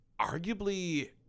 arguably